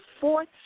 fourth